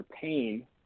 pain